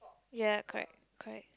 ya correct correct